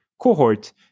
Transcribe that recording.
cohort